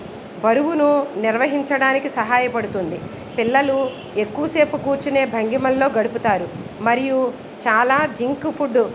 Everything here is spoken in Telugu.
బరువును నిర్వహించడానికి సహాయపడుతుంది పిల్లలు ఎక్కువసేపు కూర్చునే భంగిమల్లో గడుపుతారు మరియు చాలా జంక్ ఫుడ్